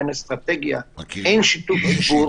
הן אסטרטגיה והן שיתוף ציבור,